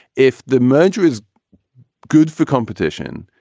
if the merger is good for competition,